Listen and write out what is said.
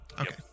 Okay